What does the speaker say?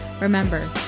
Remember